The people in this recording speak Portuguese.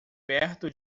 perto